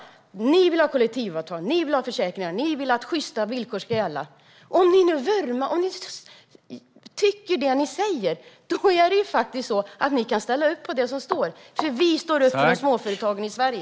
Ni vill ha kollektivavtal och försäkringar, och ni vill att sjysta villkor ska gälla. Ni vurmar för allt detta. Om ni nu tycker det ni säger kan ni ställa upp på det som står i förslaget, för vi står upp för småföretagen i Sverige.